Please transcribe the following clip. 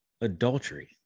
adultery